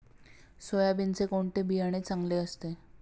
सोयाबीनचे कोणते बियाणे चांगले असते?